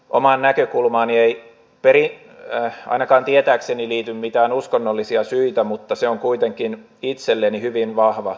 omaan näkökulmaani ei ainakaan tietääkseni liity mitään uskonnollisia syitä mutta se on kuitenkin itselleni hyvin vahva arvovalinta